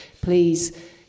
please